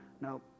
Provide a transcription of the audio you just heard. No